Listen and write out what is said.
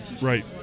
Right